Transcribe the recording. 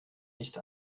nicht